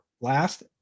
last